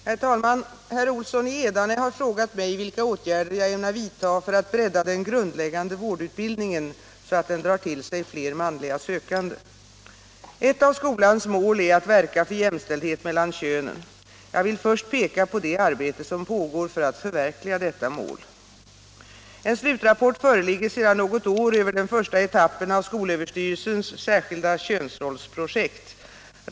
Herr talman! Herr Olsson i Edane har frågat mig vilka åtgärder jag ämnar vidta för att bredda den grundläggande vårdutbildningen, så att den drar till sig fler manliga sökande. Ett av skolans mål är att verka för jämställdhet mellan könen. Jag vill först peka på det arbete som pågår för att förverkliga detta mål. En slutrapport föreligger sedan något år över den första etappen av skolöverstyrelsens särskilda könsrollsprojekt.